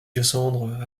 cassandre